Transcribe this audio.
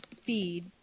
feed